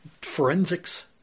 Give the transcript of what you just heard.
forensics